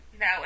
No